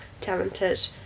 talented